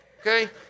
okay